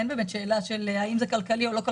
אין באמת שאלה אם זה כלכלי או לא כלכלי.